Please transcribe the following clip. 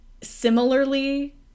similarly